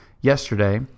yesterday